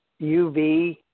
UV